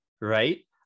right